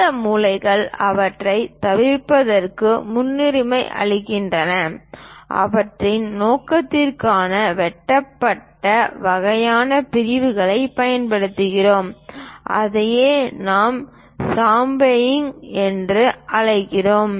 இந்த மூலைகள் அவற்றைத் தவிர்ப்பதற்கு முன்னுரிமை அளிக்கின்றன அவற்றின் நோக்கத்திற்காக வெட்டப்பட்ட வகையான பிரிவுகளைப் பயன்படுத்துகிறோம் அதையே நாம் சாம்ஃபெரிங் என்று அழைக்கிறோம்